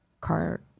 car